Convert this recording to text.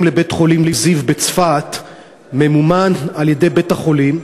לבית-חולים זיו בצפת ממומן על-ידי בית-החולים,